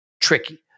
tricky